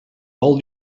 all